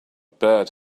bird